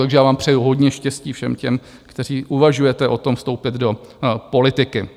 Takže já vám přeju hodně štěstí, všem těm, kteří uvažujete o tom vstoupit do politiky.